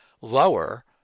lower